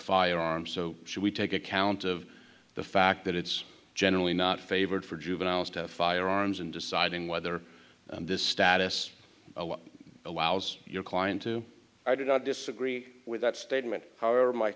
firearms so should we take account of the fact that it's generally not favored for juveniles to have firearms in deciding whether this status but what allows your client to i do not disagree with that statement however my